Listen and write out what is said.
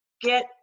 get